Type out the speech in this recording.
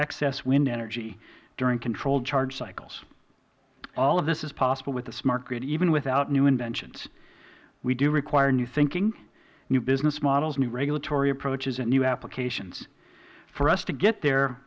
excess wind energy during controlled charge cycles all of this is possible with the smart grid even without new inventions we do require new thinking new business models new regulatory approaches and new applications for us to get there